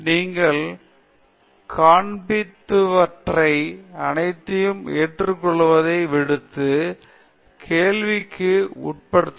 பேராசிரியர் பிரதாப் ஹரிதாஸ் நீங்கள் காண்பித்தவற்றை அனைத்தையும் ஏற்றுக்கொள்வதை விடுத்து கேள்விக்கு உட்படுத்து நல்லது